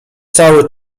cały